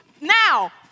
now